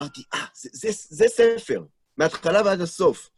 אמרתי, אה, זה ספר, מהתחלה ועד הסוף.